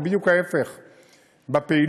זה בדיוק ההפך בפעילות,